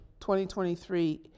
2023